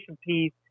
piece